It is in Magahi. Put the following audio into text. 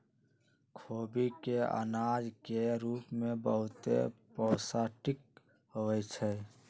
खोबि के अनाज के रूप में बहुते पौष्टिक होइ छइ